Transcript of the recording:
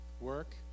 work